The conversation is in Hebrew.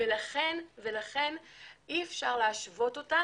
ולכן אי אפשר לשוות אותה